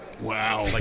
Wow